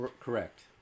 correct